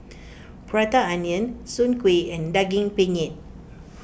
Prata Onion Soon Kueh and Daging Penyet